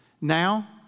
Now